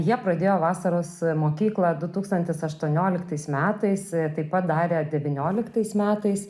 jie pradėjo vasaros mokyklą du tūkstantis aštuonioliktais metais taip pat darė devynioliktais metais